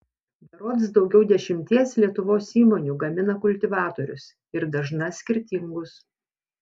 berods daugiau dešimties lietuvos įmonių gamina kultivatorius ir dažna skirtingus